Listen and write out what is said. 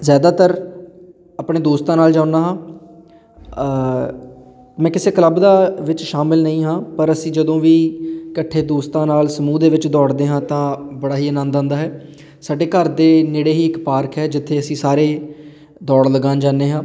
ਜ਼ਿਆਦਾਤਰ ਆਪਣੇ ਦੋਸਤਾਂ ਨਾਲ ਜਾਂਦਾ ਹਾਂ ਮੈਂ ਕਿਸੇ ਕਲੱਬ ਦਾ ਵਿੱਚ ਸ਼ਾਮਿਲ ਨਹੀਂ ਹਾਂ ਪਰ ਅਸੀਂ ਜਦੋਂ ਵੀ ਇਕੱਠੇ ਦੋਸਤਾਂ ਨਾਲ ਸਮੂਹ ਦੇ ਵਿੱਚ ਦੌੜਦੇ ਹਾਂ ਤਾਂ ਬੜਾ ਹੀ ਆਨੰਦ ਆਉਂਦਾ ਹੈ ਸਾਡੇ ਘਰ ਦੇ ਨੇੜੇ ਹੀ ਇੱਕ ਪਾਰਕ ਹੈ ਜਿੱਥੇ ਅਸੀਂ ਸਾਰੇ ਦੌੜ ਲਗਾਉਣ ਜਾਂਦੇ ਹਾਂ